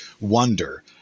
wonder